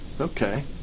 Okay